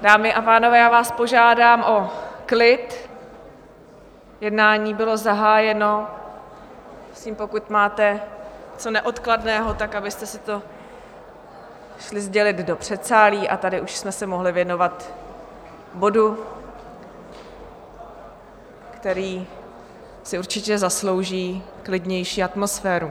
Dámy a pánové, já vás požádám o klid, jednání bylo zahájeno, pokud máte něco neodkladného, tak abyste si to šli sdělit do předsálí, a tady už jsme se mohli věnovat bodu, který si určitě zaslouží klidnější atmosféru.